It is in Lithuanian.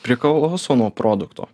priklauso nuo produkto